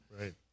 Right